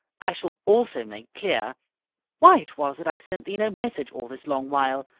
i shall also make clear why it was that i sent thee no message all this long while.